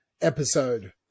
episode